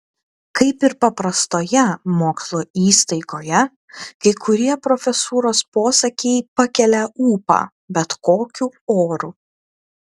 kaip ir paprastoje mokslo įstaigoje kai kurie profesūros posakiai pakelia ūpą bet kokiu oru